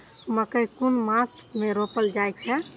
मकेय कुन मास में रोपल जाय छै?